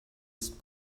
ist